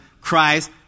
Christ